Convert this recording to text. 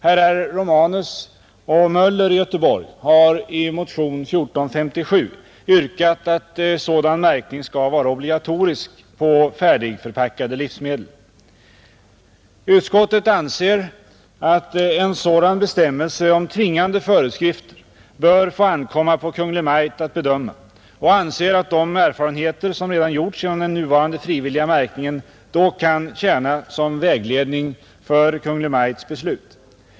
Herr Romanusoch herr Möller i Göteborg har i motionen 1457 yrkat att sådan märkning skall vara obligatorisk på färdigförpackade livsmedel. Utskottet anser att det bör få ankomma på Kungl. Maj:t att bedöma en sådan bestämmelse om tvingande föreskrifter och att de erfarenheter som redan gjorts genom den nuvarande frivilliga märkningen då kan tjäna som vägledning för Kungl. Maj:ts beslut.